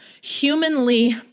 humanly